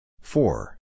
Four